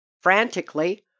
Frantically